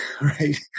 Right